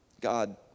God